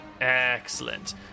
Excellent